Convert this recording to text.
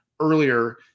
earlier